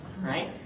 Right